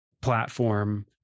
platform